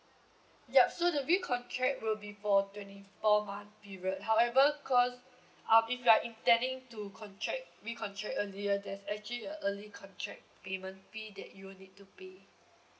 yup so the re-contract will be for twenty four month period however cause uh if you are intending to contract re-contract earlier there's actually a early contract payment fee that you will need to pay